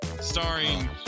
starring